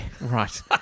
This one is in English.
right